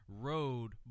road